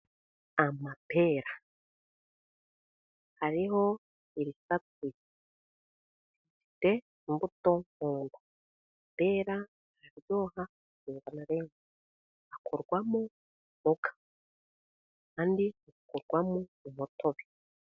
Amapera, hariho irisatuye rifite imbuto mu nda, amapera araryoha akundwa na benshi, akorwamo inzoga, andi akorwamo umutobe.